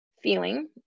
feeling